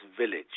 village